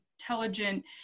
intelligent